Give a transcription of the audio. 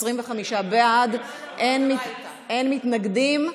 אין מתנגדים.